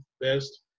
best